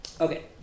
okay